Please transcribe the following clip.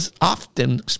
often